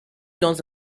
dans